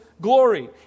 glory